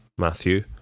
Matthew